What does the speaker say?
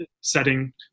setting